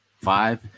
five